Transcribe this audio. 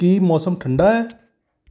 ਕੀ ਮੌਸਮ ਠੰਡਾ ਹੈ